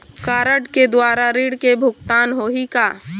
Card के द्वारा ऋण के भुगतान होही का?